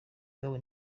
bwabo